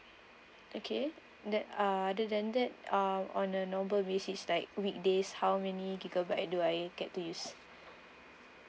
okay that uh other than that uh on a normal basis like weekdays how many gigabyte do I get to use